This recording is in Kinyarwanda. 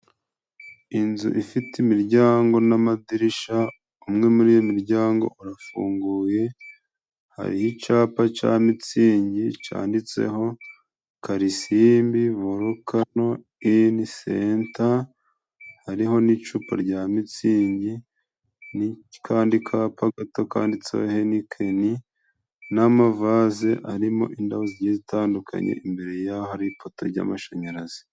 Inzu ifite imiryango n'amadirisha ,umwe muri iyo miryango urafunguye hari icapa ca mitsingi cyanditseho karisimbi volukano ini senta ,hariho n'icupa rya mitsingi nakandi kapa gato kanditseho henikeni ,n'amavaze arimo indabo zitandukanye imbere yaho hari ipoto ry'amashanyarazi.